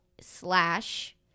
Slash